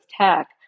tech